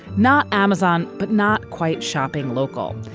not amazon. but not quite shopping local.